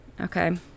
Okay